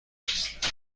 است